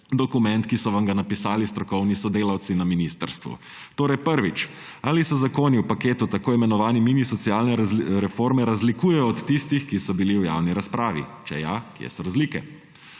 dokument, ki so vam ga napisali strokovni sodelavci na ministrstvu. Ali so zakoni v paketu tako imenovani mini socialne reforme razlikujejo od tistih, ki so bili v javni razpravi? Če ja, kje so razlike?